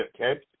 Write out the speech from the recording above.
Okay